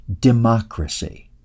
democracy